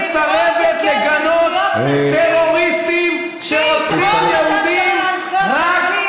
מדבר על זכויות נשים ופוגע בזכויות נשים.